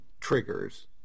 triggers